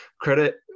Credit